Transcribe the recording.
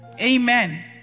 Amen